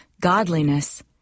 godliness